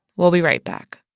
we'll be right back